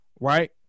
right